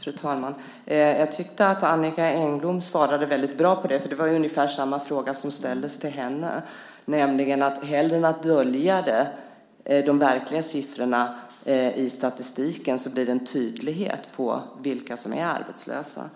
Fru talman! Jag tyckte att Annicka Engblom svarade väldigt bra på det. Ungefär samma fråga ställdes till henne. I stället för att dölja de verkliga siffrorna i statistiken blir det tydligt vilka som är arbetslösa.